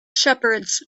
shepherds